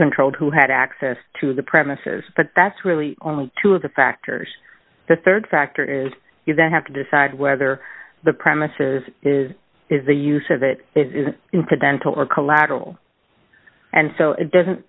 controlled who had access to the premises but that's really only two of the factors the rd factor is you that have to decide whether the premises is is the use of it that is incidental or collateral and so it doesn't